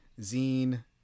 Zine